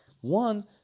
One